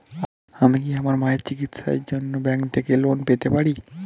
আমি কি আমার মায়ের চিকিত্সায়ের জন্য ব্যঙ্ক থেকে লোন পেতে পারি?